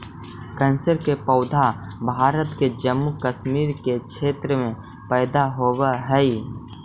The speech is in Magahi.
केसर के पौधा भारत में जम्मू कश्मीर के क्षेत्र में पैदा होवऽ हई